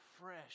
fresh